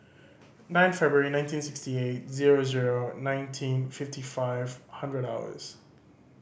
nine February nineteen sixty eight zero zero nineteen fifty five hundred hours